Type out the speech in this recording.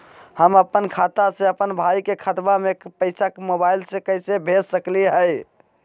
हम अपन खाता से अपन भाई के खतवा में पैसा मोबाईल से कैसे भेज सकली हई?